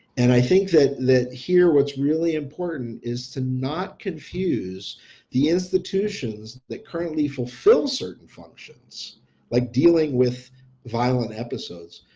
and i think that that here what's really important is to not confuse the institutions that currently fulfill certain functions like dealing with violent episodes.